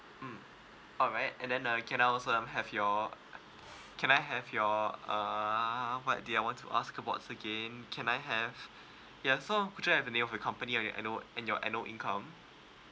mm alright and then uh can I also um have your can I have your uh uh what did I want to ask about again can I have ya so could I have the name of the company and annual and your annual income